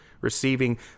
receiving